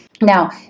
Now